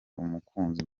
umukunzi